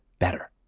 better.